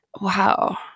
Wow